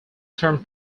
term